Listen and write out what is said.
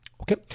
Okay